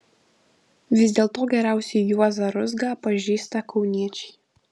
vis dėlto geriausiai juozą ruzgą pažįsta kauniečiai